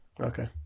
Okay